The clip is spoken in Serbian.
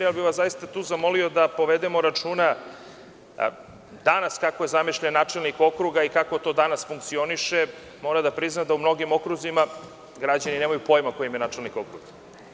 Zaista bih vas tu zamolio da povedemo računa, danas kako je zamišljen načelnik okruga i kako to danas funkcioniše, moram da priznam da u mnogim okruzima građani nemaju pojma ko im je načelnik okruga.